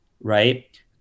right